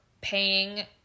paying